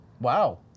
Wow